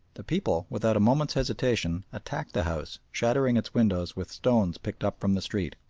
the people, without a moment's hesitation, attacked the house, shattering its windows with stones picked up from the street.